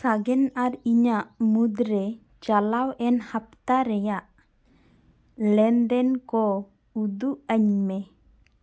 ᱥᱟᱜᱮᱱ ᱟᱨ ᱤᱧᱟᱹᱜ ᱢᱩᱫᱽᱨᱮ ᱪᱟᱞᱟᱣᱮᱱ ᱦᱟᱯᱛᱟ ᱨᱮᱭᱟᱜ ᱞᱮᱱᱫᱮᱱ ᱠᱚ ᱩᱫᱩᱜ ᱟᱹᱢᱮ